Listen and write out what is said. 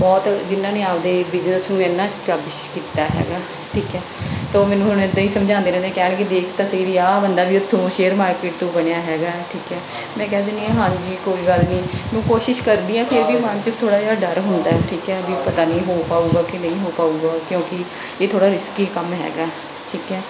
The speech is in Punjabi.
ਬਹੁਤ ਜਿਨ੍ਹਾਂ ਨੇ ਆਪਣੇ ਬਿਜਨਸ ਨੂੰ ਇੰਨਾ ਸਟੈਬਿਸ਼ ਕੀਤਾ ਹੈਗਾ ਠੀਕ ਹੈ ਤੋ ਮੈਨੂੰ ਹੁਣ ਇੱਦਾਂ ਹੀ ਸਮਝਾਉਂਦੇ ਰਹਿੰਦੇ ਕਹਿਣਗੇ ਦੇਖ ਤਾਂ ਸਹੀ ਵੀ ਆਹ ਬੰਦਾ ਵੀ ਉਥੋਂ ਸ਼ੇਅਰ ਮਾਰਕੀਟ ਤੋਂ ਬਣਿਆ ਹੈਗਾ ਹੈ ਠੀਕ ਹੈ ਮੈਂ ਕਹਿ ਦਿੰਦੀ ਇਹ ਹਾਂਜੀ ਕੋਈ ਗੱਲ ਨਹੀਂ ਮੈਂ ਕੋਸ਼ਿਸ਼ ਕਰਦੀ ਹਾਂ ਫਿਰ ਵੀ ਮਨ 'ਚ ਥੋੜ੍ਹਾ ਜਿਹਾ ਡਰ ਹੁੰਦਾ ਠੀਕ ਹੈ ਵੀ ਪਤਾ ਨਹੀਂ ਹੋ ਪਾਊਗਾ ਕਿ ਨਹੀਂ ਹੋ ਪਾਊਗਾ ਕਿਉਂਕਿ ਇਹ ਥੋੜ੍ਹਾ ਰਿਸਕੀ ਕੰਮ ਹੈਗਾ ਠੀਕ ਹੈ